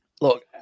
Look